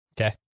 Okay